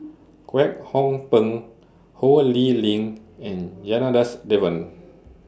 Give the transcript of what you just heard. Kwek Hong Png Ho Lee Ling and Janadas Devan